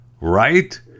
Right